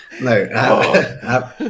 no